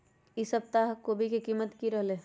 ई सप्ताह कोवी के कीमत की रहलै?